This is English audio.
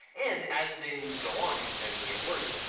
and as things go on and potentially get worse,